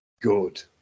good